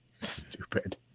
Stupid